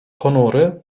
ponury